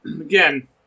again